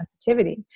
sensitivity